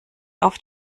auf